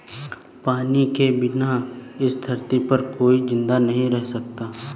पानी के बिना इस धरती पर कोई भी जिंदा नहीं रह सकता है